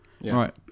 Right